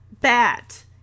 bat